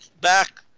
back